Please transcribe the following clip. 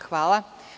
Hvala.